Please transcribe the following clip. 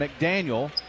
McDaniel